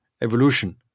evolution